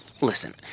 Listen